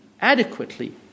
adequately